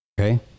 Okay